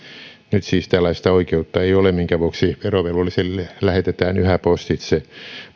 nyt siis tällaista oikeutta ei ole minkä vuoksi verovelvolliselle lähetetään yhä postitse